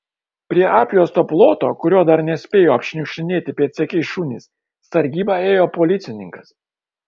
prie apjuosto ploto kurio dar nespėjo apšniukštinėti pėdsekiai šunys sargybą ėjo policininkas